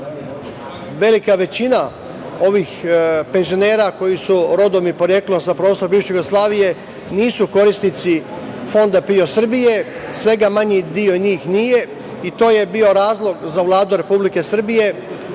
velika većina ovih penzionera koji su rodom i poreklom sa prostora bivše Jugoslavije nisu korisnici Fonda PIO Srbije, svega manji deo njih nije, i to je bio razlog za Vladu Republike Srbije